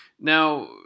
Now